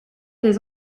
des